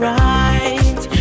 right